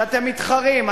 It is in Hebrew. שאתם מתחרים,